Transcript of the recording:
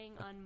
on